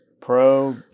pro